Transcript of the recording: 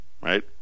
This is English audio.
Right